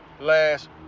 last